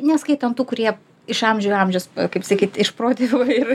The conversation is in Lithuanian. neskaitant tų kurie iš amžių į amžius kaip sakyt iš protėvių ir